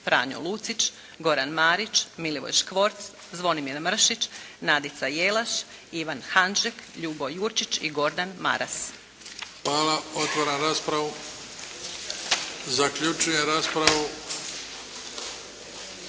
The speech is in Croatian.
Franjo Lucić, Goran Marić, Milivoj Škvorc, Zvonimir Mršić, Nadica Jelaš, Ivan Hanžek, Ljubo Jurčić i Gordan Maras. **Bebić, Luka (HDZ)** Hvala. Otvaram raspravu. Zaključujem raspravu.